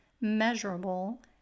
measurable